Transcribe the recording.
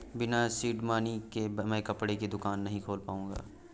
बिना seed money के मैं कपड़े की दुकान नही खोल पाऊंगा